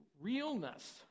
realness